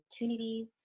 opportunities